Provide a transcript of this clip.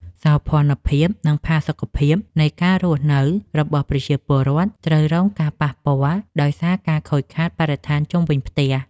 សោភ័ណភាព និងផាសុកភាពនៃការរស់នៅរបស់ប្រជាពលរដ្ឋត្រូវរងការប៉ះពាល់ដោយសារការខូចខាតបរិស្ថានជុំវិញផ្ទះ។